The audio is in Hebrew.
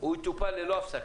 הוא יטופל ללא הפסקה.